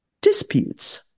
Disputes